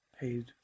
paid